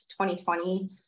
2020